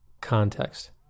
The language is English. context